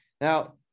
now